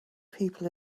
people